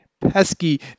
pesky